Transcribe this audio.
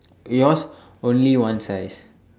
yours only one slice